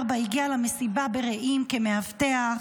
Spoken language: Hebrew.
24, הגיע למסיבה ברעים כמאבטח,